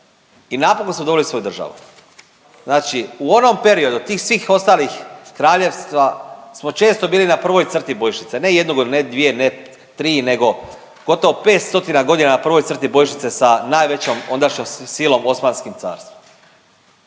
i napokon smo dobili svoju državu. Znači u onom periodu tih svih ostalih kraljevstva smo često bili na prvoj crti bojišnice, ne jednu godinu, ne dvije, ne tri nego gotovo 5 stotina godina na prvoj crti bojišnice sa najvećom ondašnjom silom Osmanskim carstvom